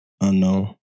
Unknown